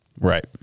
Right